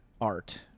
art